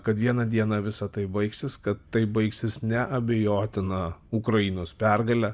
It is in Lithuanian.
kad vieną dieną visa tai baigsis kad tai baigsis neabejotina ukrainos pergale